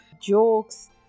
jokes